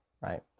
right